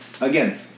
Again